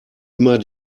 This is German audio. immer